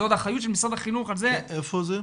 זה עוד אחריות של משרד החינוך --- איפה זה?